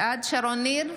בעד שרון ניר,